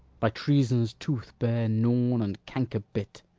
by treason's tooth bare-gnawn and canker-bit.